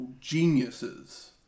geniuses